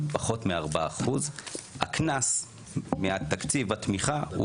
הוא פחות מ-4% ממחזור הפעילות בתי החולים.